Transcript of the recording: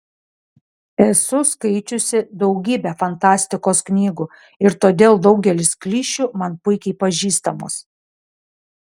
esu skaičiusi daugybę fantastikos knygų ir todėl daugelis klišių man puikiai pažįstamos